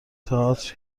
تئاتر